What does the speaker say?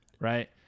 right